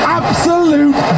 absolute